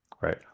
right